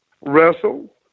wrestle